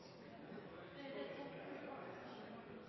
Det er for